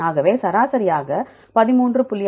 ஆகவே சராசரியாக 13